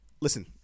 listen